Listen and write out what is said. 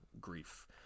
grief